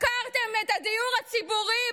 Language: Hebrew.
הפקרתם את הדיור הציבורי,